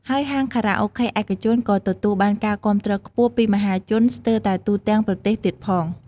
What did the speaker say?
ហើយហាងខារ៉ាអូខេឯកជនក៏ទទួលបានការគាំទ្រខ្ពស់ ពីមហាជនស្ទើតែទូទាំងប្រទេសទៀតផង។